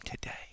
today